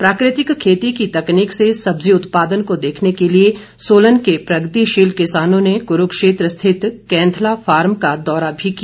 प्राकृतिक खेती की तकनीक से सब्जी उत्पादन को देखने के लिए सोलन के प्रगतिशील किसानों ने क्रुक्षेत्र स्थित केंथला फार्म का दौरा भी किया